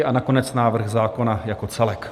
A nakonec návrh zákona jako celek.